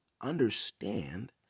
understand